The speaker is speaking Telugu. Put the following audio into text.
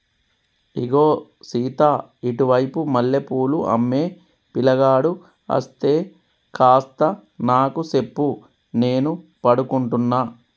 ఇగో సీత ఇటు వైపు మల్లె పూలు అమ్మే పిలగాడు అస్తే కాస్త నాకు సెప్పు నేను పడుకుంటున్న